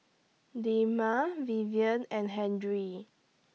Delma Vivien and Henry